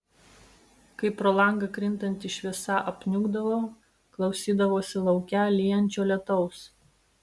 kai pro langą krintanti šviesa apniukdavo klausydavosi lauke lyjančio lietaus